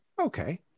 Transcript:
okay